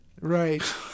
right